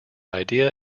idea